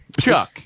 Chuck